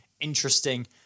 interesting